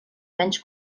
menys